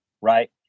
right